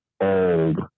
old